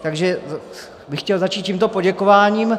Takže bych chtěl začít tímto poděkováním.